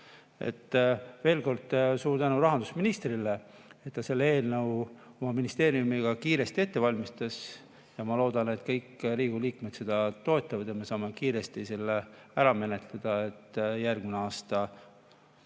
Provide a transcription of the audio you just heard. Veel kord suur tänu rahandusministrile, et ta selle eelnõu oma ministeeriumiga kiiresti ette valmistas. Ma loodan, et kõik Riigikogu liikmed seda toetavad ja me saame selle kiiresti ära menetleda, et järgmine aasta